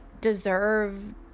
deserve